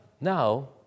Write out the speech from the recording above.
now